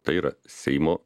tai yra seimo